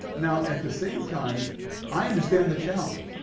now at the same time i understand the challenge.